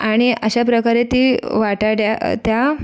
आणि अशाप्रकारे ती वाटाड्या त्या